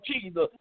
Jesus